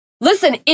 Listen